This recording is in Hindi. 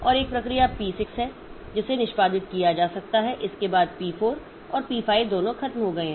और एक प्रक्रिया पी 6 है जिसे निष्पादित किया जा सकता है इसके बाद पी 4 और पी 5 दोनों खत्म हो गए हैं